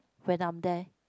when I'm there